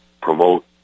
promote